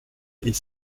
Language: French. est